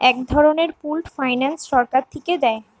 এক ধরনের pooled finance সরকার থিকে দেয়